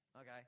Okay